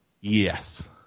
Yes